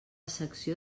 secció